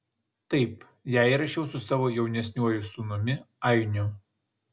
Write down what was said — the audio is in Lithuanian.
taip ją įrašiau su savo jaunesniuoju sūnumi ainiu